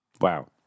Wow